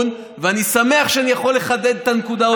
ואני שמח שאני יכול לחדד את הנקודה עוד פעם.